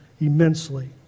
immensely